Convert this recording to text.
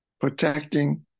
protecting